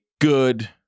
good